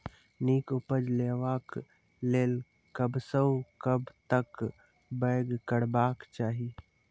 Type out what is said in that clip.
नीक उपज लेवाक लेल कबसअ कब तक बौग करबाक चाही?